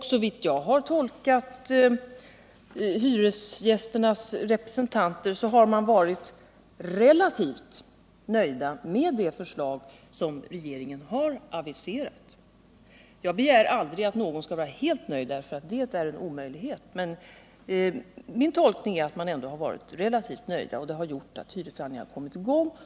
Såvitt jag har tolkat hyresgästernas representanter rätt har man på den kanten varit relativt nöjd med det förslag som regeringen har aviserat. — Jag begär aldrig att någon skall vara helt nöjd, eftersom det är en omöjlighet, men min tolkning är ändå att parterna har varit ganska nöjda, och det har gjort att hyresförhandlingar kommit i gång.